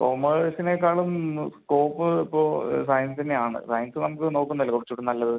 കോമേഴ്സിനേക്കാളും scope ഇപ്പോൾ സയൻസെന്നെ ആണ് സയൻസ് നമുക്ക് നോക്കുന്ന അല്ലേ കുറച്ച് കൂടി നല്ലത്